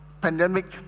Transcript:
pandemic